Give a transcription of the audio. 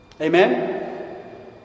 Amen